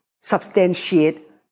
substantiate